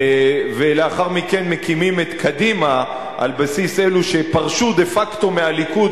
ולאחר מכן מקימים את קדימה על בסיס אלה שפרשו דה-פקטו מהליכוד,